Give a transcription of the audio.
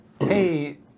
hey